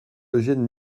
eugène